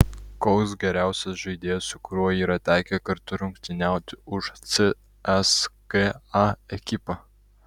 koks geriausias žaidėjas su kuriuo yra tekę kartu rungtyniauti už cska ekipą